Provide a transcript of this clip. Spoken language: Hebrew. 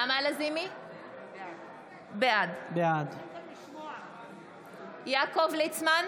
בעד יעקב ליצמן,